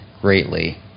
greatly